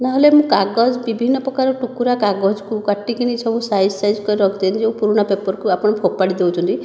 ନହେଲେ ମୁଁ କାଗଜ ବିଭିନ୍ନ ପ୍ରକାର ଟୁକୁରା କାଗଜକୁ କାଟି କିନି ସବୁ ସାଇଜ୍ ସାଇଜ୍ କରି ରଖିଦେଲି ଯେଉଁ ପୁରୁଣା ପେପର୍କୁ ଆପଣ ଫୋପାଡ଼ି ଦେଉଛନ୍ତି